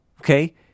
okay